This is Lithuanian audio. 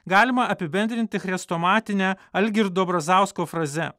galima apibendrinti chrestomatine algirdo brazausko fraze